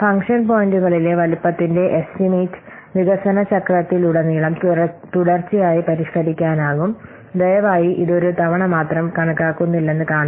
function പോയിന്റുകളിലെ വലുപ്പത്തിന്റെ estimate വികസന ചക്രത്തിലുടനീളം തുടർച്ചയായി പരിഷ്കരിക്കാനാകും ദയവായി ഇത് ഒരു തവണ മാത്രം കണക്കാക്കുന്നില്ലെന്ന് കാണുക